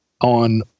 on